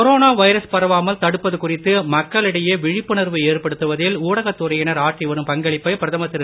corona virus பரவாமல் தடுப்பது குறித்து மக்களிடையே விழிப்புணர்வு ஏற்படுத்துவதில் ஊடகத்துறையினர் பங்களிப்பை பிரதமர் திரு